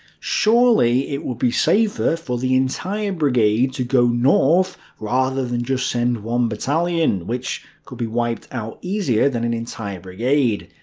surely it would be safer for the entire brigade to go north rather than just send one battalion, which could be wiped out easier than an entire brigade?